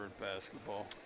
basketball